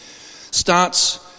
starts